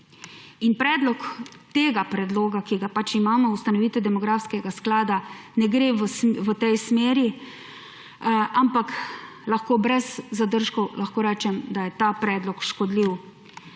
Predlog tega predloga, ki ga pač imamo − ustanovitev demografskega sklada, ne gre v tej smeri, ampak lahko brez zadržkom rečem, da je ta predlog škodljiv.